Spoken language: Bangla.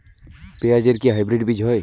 পেঁয়াজ এর কি হাইব্রিড বীজ হয়?